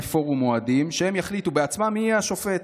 פורום אוהדים שהם יחליטו בעצמם מי יהיה השופט,